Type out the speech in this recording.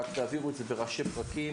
רק תעבירו את זה בראשי פרקים